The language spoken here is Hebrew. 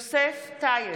(קוראת בשמות חברי הכנסת) יוסף טייב,